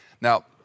Now